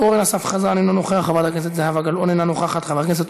חבר הכנסת אורן אסף חזן,